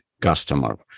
customer